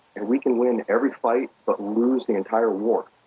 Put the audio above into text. and we can win every fight, but lose the entire war,